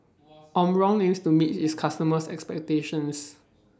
Omron aims to meet its customers' expectations